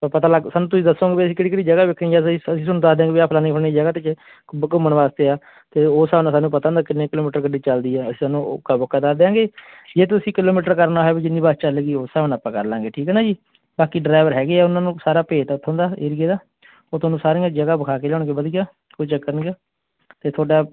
ਪਤਾ ਤਾਂ ਲੱਗ ਸਾਨੂੰ ਤੁਸੀਂ ਦੱਸੋਗੇ ਵੀ ਅਸੀਂ ਕਿਹੜੀ ਕਿਹੜੀ ਜਗ੍ਹਾ ਵੇਖੀਆਂ ਸੀ ਜਦੋਂ ਅਸ ਅਸੀਂ ਤੁਹਾਨੂੰ ਦੱਸ ਦਿਆਂਗੇ ਵੀ ਆਹ ਫਲਾਣੀ ਫਲਾਣੀ ਜਗ੍ਹਾ 'ਤੇ ਜੇ ਘੁੰਮ ਘੁੰਮਣ ਵਾਸਤੇ ਆ ਅਤੇ ਉਹ ਹਿਸਾਬ ਨਾਲ ਸਾਨੂੰ ਪਤਾ ਨਾ ਕਿੰਨੇ ਕਿਲੋਮੀਟਰ ਗੱਡੀ ਚੱਲਦੀ ਹੈ ਅਸੀਂ ਤੁਹਾਨੂੰ ਉਕਾ ਪੱਕਾ ਦੱਸ ਦਿਆਂਗੇ ਜੇ ਤੁਸੀਂ ਕਿਲੋਮੀਟਰ ਕਰਨਾ ਹੈ ਵੀ ਜਿੰਨੀ ਬੱਸ ਚੱਲ ਗਈ ਉਸ ਹਿਸਾਬ ਨਾਲ ਆਪਾਂ ਕਰ ਲਾਂਗੇ ਠੀਕ ਹੈ ਨਾ ਜੀ ਬਾਕੀ ਡਰਾਈਵਰ ਹੈਗੇ ਆ ਉਹਨਾਂ ਨੂੰ ਸਾਰਾ ਭੇਤ ਆ ਉੱਥੋਂ ਦਾ ਏਰੀਏ ਦਾ ਉਹ ਤੁਹਾਨੂੰ ਸਾਰੀਆਂ ਜਗ੍ਹਾ ਵਿਖਾ ਕੇ ਲਿਆਉਣਗੇ ਵਧੀਆ ਕੋਈ ਚੱਕਰ ਨਹੀਂ ਗਾ ਅਤੇ ਤੁਹਾਡਾ